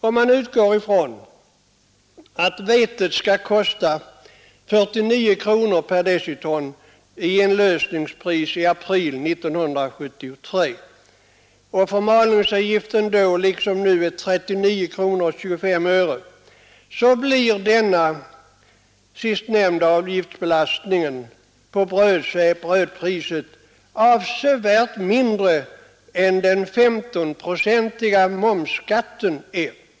Om man vidare utgår från att vetet i april 1973 kommer att kosta 49 kronor per deciton i inlösningspris och förmalningsavgiften då liksom nu är 39:25, så blir sistnämnda avgiftsbelastning på brödpriset avsevärt mindre än 1S-procentiga momsskatten.